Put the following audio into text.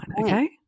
Okay